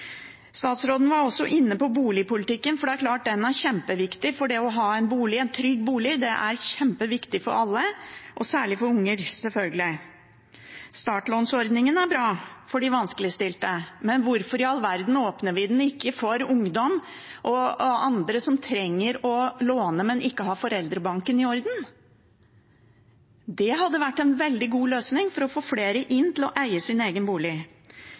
Statsråden var også inne på boligpolitikken. Det er klart at den er kjempeviktig. Det å ha en trygg bolig er kjempeviktig for alle, og særlig for unger, selvfølgelig. Startlånsordningen er bra for de vanskeligstilte, men hvorfor i all verden åpner vi den ikke for ungdom og andre som trenger å låne, men som ikke har foreldrebanken i orden? Det hadde vært en veldig god løsning for å få flere til å eie sin egen bolig.